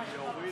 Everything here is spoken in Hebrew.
נתקבל.